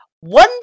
one